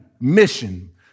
mission